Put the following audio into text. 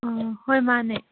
ꯍꯣꯏ ꯃꯥꯟꯅꯦ